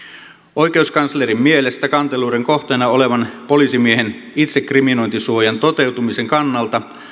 oikeuskanslerin mielestä kanteluiden kohteena olevan poliisimiehen itsekriminointisuojan toteutumisen kannalta